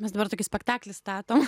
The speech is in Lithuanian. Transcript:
mes dabar tokį spektaklį statom